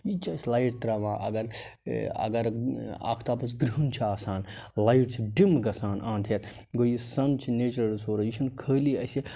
یہِ تہِ چھُ اَسہِ لایٹ ترٛاوان اگر اگر آختابَس گِرٛہُن چھُ آسان لایٹ چھِ ڈِم گَژھان انٛد ہٮ۪تھ گوٚو یہِ سَن چھِ نیچرل رِسورٕس یہِ چھُنہٕ خٲلی اَسہِ